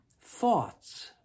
thoughts